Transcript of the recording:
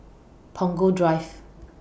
Punggol Drive